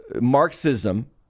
Marxism